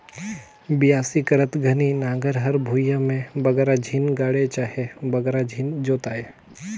बियासी करत घनी नांगर हर भुईया मे बगरा झिन गड़े चहे बगरा झिन जोताए